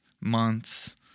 months